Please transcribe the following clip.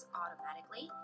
automatically